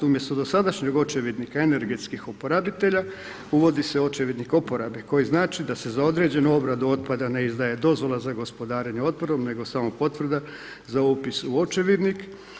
Umjesto dosadašnjeg Očevidnika energetskih uporabitelja, uvodi se Očevidnik uporabe koji znači da se za određenu obradu otpada ne izdaje dozvola za gospodarenje otpadom, nego samo potvrda za upis u Očevidnik.